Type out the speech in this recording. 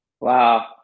Wow